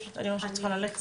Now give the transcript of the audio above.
אני רואה שאת צריכה ללכת.